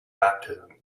baptism